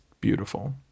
beautiful